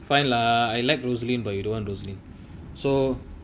fine lah I like rosaline but you don't want rosalie so